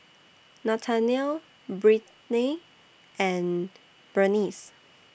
Nathanael Brittnay and Bernice